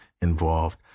involved